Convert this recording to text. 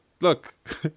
look